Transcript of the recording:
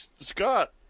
Scott